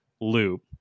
loop